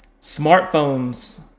smartphones